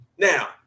Now